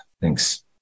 Thanks